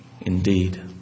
indeed